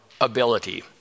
ability